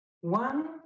one